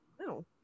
No